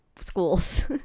schools